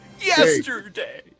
yesterday